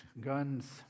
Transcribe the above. guns